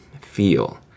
feel